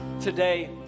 Today